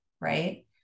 right